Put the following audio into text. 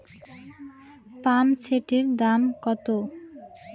পাম্পসেটের দাম কত?